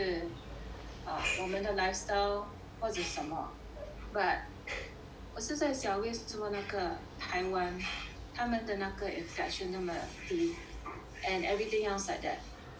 ah 我们的 lifestyle 或者什么 but 我是在想为什么那个台湾他们的那个 infection 那么低 and everything else like that